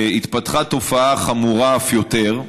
התפתחה תופעה חמורה אף יותר,